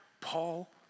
Paul